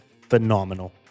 phenomenal